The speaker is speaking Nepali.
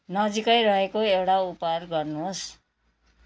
नजिकै रहेको एउडा उपहार गर्नुहोस्